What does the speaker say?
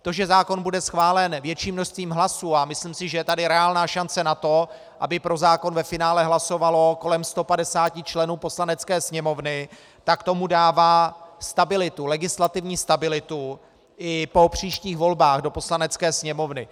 To, že zákon bude schválen větším množstvím hlasů, a myslím si, že je zde reálná šance na to, aby pro zákon ve finále hlasovalo kolem 150 členů Poslanecké sněmovny, tomu dává stabilitu, legislativní stabilitu, i po příštích volbách do Poslanecké sněmovny.